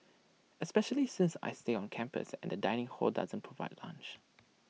especially since I stay on campus and the dining hall doesn't provide lunch